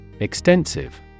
Extensive